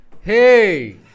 Hey